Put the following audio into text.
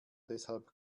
deshalb